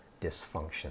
dysfunction